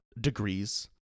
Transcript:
degrees